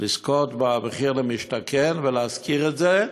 לזכות במחיר למשתכן ולהשכיר את זה,